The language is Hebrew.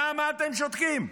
למה אתם שותקים?